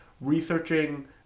researching